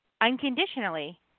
unconditionally